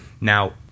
now